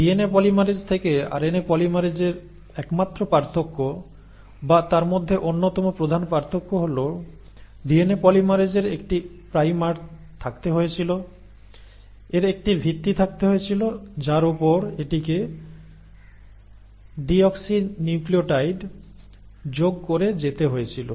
DNA polymerase থেকে RNA পলিমারেজের একমাত্র পার্থক্য বা তার মধ্যে অন্যতম প্রধান পার্থক্য হল ডিএনএ পলিমেরেজের একটি প্রাইমার থাকতে হয়েছিল এর একটি ভিত্তি থাকতে হয়েছিল যার উপর এটিকে ডিঅক্সিনিউক্লিয়োটাইড যোগ করে যেতে হয়েছিল